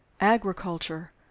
agriculture